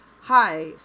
Hi